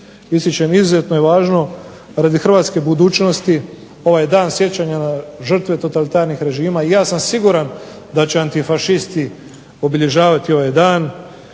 ističem izuzetno je važno radi hrvatske budućnosti ovaj dan sjećanja na žrtve totalitarnih režima, ja sam siguran da će antifašisti obilježavati ovaj dan,